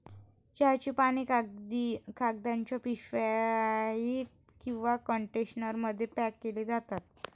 चहाची पाने कागदाच्या पिशवीत किंवा कंटेनरमध्ये पॅक केली जातात